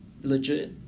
legit